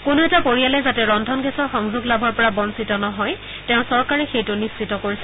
কোনো এটা পৰিয়ালে যাতে ৰন্ধন গেছৰ সংযোগ লাভৰ পৰা বঞ্চিত নহয় তেওঁৰ চৰকাৰে সেইটো নিশ্চিত কৰিছে